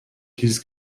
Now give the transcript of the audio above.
dieses